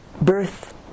birth